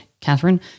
Catherine